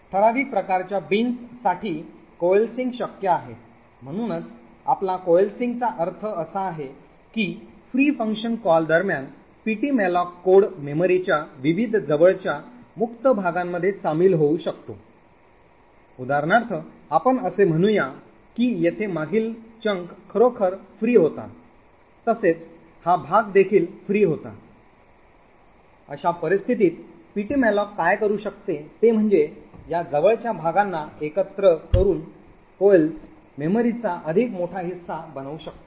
ठराविक प्रकारच्या बीन्स साठी Coalescing शक्य आहे म्हणूनच आपला coalescing चा अर्थ असा आहे की फ्री फंक्शन कॉल दरम्यान ptmalloc कोड मेमरीच्या विविध जवळच्या मुक्त भागांमध्ये सामील होऊ शकतो उदाहरणार्थ आपण असे म्हणु की येथे मागील भाग खरोखर फ्री होता तसेच हा भाग देखील फ्री होता अशा परिस्थितीत ptmalloc काय करू शकते ते म्हणजे या जवळच्या भागांना एकत्र करून मेमरीचा अधिक मोठा हिस्सा बनवू शकतो